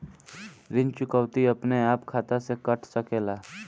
ऋण चुकौती अपने आप खाता से कट सकेला?